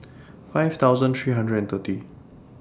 five thousand three hundred and thirty